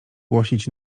głosić